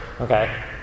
okay